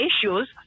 Issues